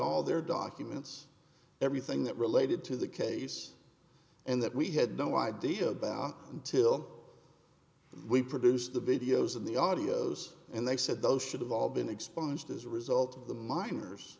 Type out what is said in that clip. all their documents everything that related to the case and that we had no idea about until we produced the videos in the audios and they said those should have all been expunged as a result of the miners